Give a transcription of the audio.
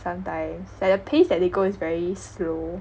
sometimes like the pace that they go is very slow